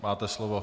Máte slovo.